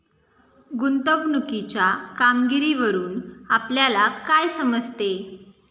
गुंतवणुकीच्या कामगिरीवरून आपल्याला काय समजते?